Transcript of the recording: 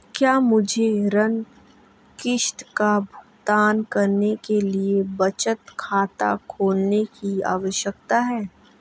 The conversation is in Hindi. क्या मुझे ऋण किश्त का भुगतान करने के लिए बचत खाता खोलने की आवश्यकता है?